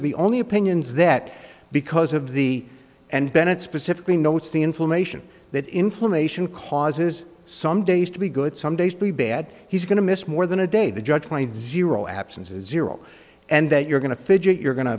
are the only opinions that because of the and bennett specifically notes the inflammation that inflammation causes some days to be good some days be bad he's going to miss more than a day the judge twenty zero absences zero and that you're going to fidget you're going to